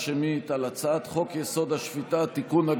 שמית על הצעת חוק-יסוד: השפיטה (תיקון,